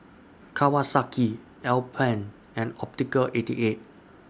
Kawasaki Alpen and Optical eighty eight